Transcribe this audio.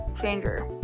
changer